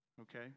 Okay